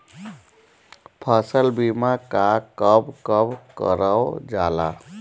फसल बीमा का कब कब करव जाला?